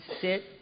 sit